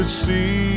see